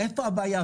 איפה הבעיה?